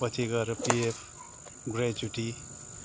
पछि गएर PF gratuity